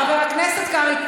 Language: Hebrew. חבר הכנסת קרעי,